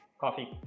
Coffee